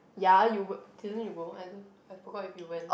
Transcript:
ya you would didn't you go I don't I forgot if you went